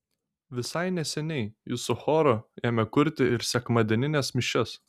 visai neseniai jis su choru ėmė kurti ir sekmadienines mišias